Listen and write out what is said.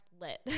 lit